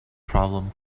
problem